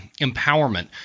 empowerment